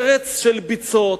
ארץ של ביצות,